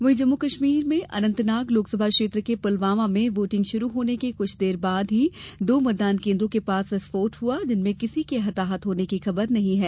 वहीं जम्मू कश्मीर में अनंतनाग लोकसभा क्षेत्र के पुलवामा में वोटिंग शुरू होने के क्छ देर बाद ही दो मतदान केंद्रों के पास विस्फोट इआ जिनमें किसी के हताहत होने की खबर नहीं है